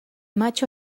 macho